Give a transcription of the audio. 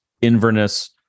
Inverness